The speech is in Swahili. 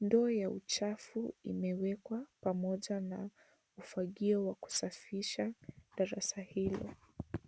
ndoo ya uchafu imewekwa pamoja na ufagio wa kusafisha darasa hilo.